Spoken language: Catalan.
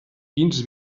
quins